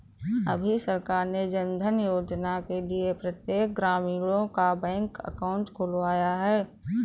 अभी सरकार ने जनधन योजना के लिए प्रत्येक ग्रामीणों का बैंक अकाउंट खुलवाया है